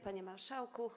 Panie Marszałku!